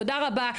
תודה רבה,